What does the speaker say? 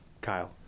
Kyle